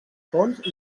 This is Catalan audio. fons